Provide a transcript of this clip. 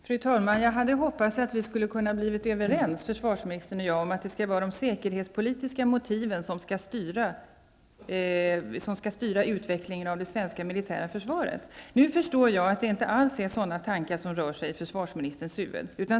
Fru talman! Jag hade hoppats att försvarsministern och jag skulle bli överens om att det är de säkerhetspolitiska motiven som skall styra utvecklingen av det svenska militära försvaret. Nu förstår jag att det inte alls är sådana tankar som rör sig i försvarsministerns huvud.